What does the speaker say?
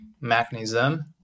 mechanism